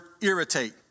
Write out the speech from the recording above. irritate